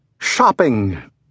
Shopping